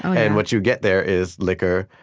and what you get there is liquor,